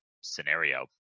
scenario